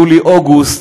יולי-אוגוסט,